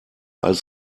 als